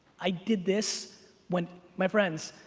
i did this when. my friends,